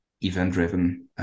event-driven